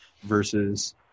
versus